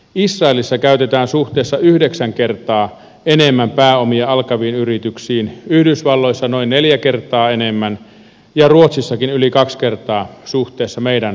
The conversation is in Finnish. israelissa käytetään yhdeksän kertaa enemmän pääomia alkaviin yrityksiin yhdysvalloissa noin neljä kertaa enemmän ja ruotsissakin yli kaksi kertaa suhteessa meidän panoksiimme